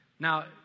Now